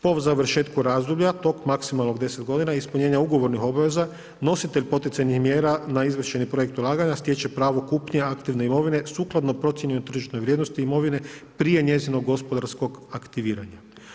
Po završetku razdoblja tog maksimalno 10 godina ispunjenja ugovornih obveza nositelj poticajnih mjera na izvršeni projekt ulaganja stječe pravo kupnje aktivne imovine sukladno procjeni tržišne vrijednosti imovine prije njezinog gospodarskog aktiviranja.